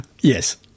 Yes